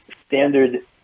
standard